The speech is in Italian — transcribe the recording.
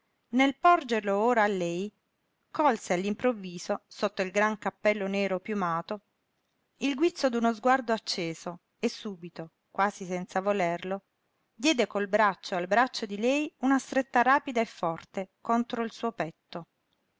nel porgerlo ora a lei colse all'improvviso sotto il gran cappello nero piumato il guizzo d'uno sguardo acceso e subito quasi senza volerlo diede col braccio al braccio di lei una stretta rapida e forte contro il suo petto